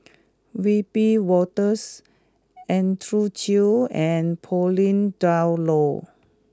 Wiebe Wolters Andrew Chew and Pauline Dawn Loh